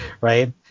right